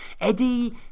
Eddie